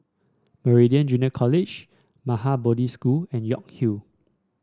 Meridian Junior College Maha Bodhi School and York Hill